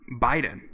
Biden